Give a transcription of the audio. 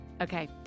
Okay